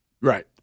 Right